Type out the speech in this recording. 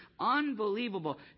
unbelievable